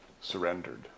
surrendered